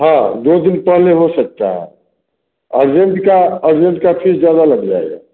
हाँ दो दिन पहले हो सकता है अरजेन्ट का अरजेन्ट की फ़ीस ज़्यादा लग जाएगी